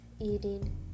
eating